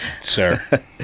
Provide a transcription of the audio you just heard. sir